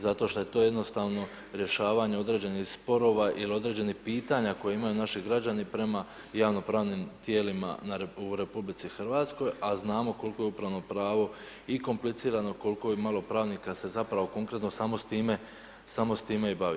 Zato što je to jednostavno rješavanje određenih sporova il određenih pitanja koje imaju naši građani prema javnopravnim tijelima u RH, a znamo koliko je upravno pravo i komplicirano, kolko je malo pravnika se zapravo konkretno samo s time, samo s time i bavi.